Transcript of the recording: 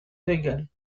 légale